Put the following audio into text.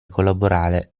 collaborare